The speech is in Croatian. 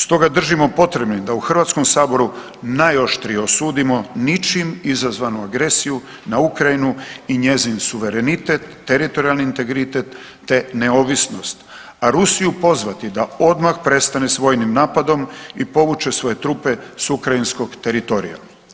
Stoga držimo potrebnim da u HS-u najoštrije osudimo ničim izazvanu agresiju na Ukrajinu i njezin suverenitet, teritorijalni integritet te neovisnost, a Rusiju pozvati da odmah prestane s vojnim napadom i povuče svoje trupe s ukrajinskog teritorija.